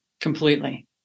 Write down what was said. Completely